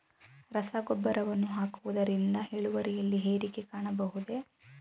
ರಸಗೊಬ್ಬರವನ್ನು ಹಾಕುವುದರಿಂದ ಇಳುವರಿಯಲ್ಲಿ ಏರಿಕೆ ಕಾಣಬಹುದೇ?